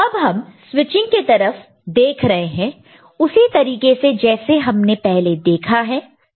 तो अब हम स्विचिंग के तरफ देख रहे हैं उसी तरीके से जैसे हमने पहले देखा है समझा है